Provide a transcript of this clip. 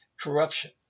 corruption